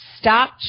Stop